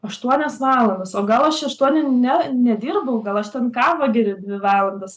aštuonios valandos o gal aš aštuonių ne nedirbau gal aš ten kavą geriu dvi valandas